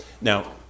now